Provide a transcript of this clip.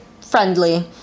friendly